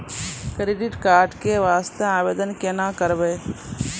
Credit card के वास्ते आवेदन केना करबै?